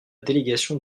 délégation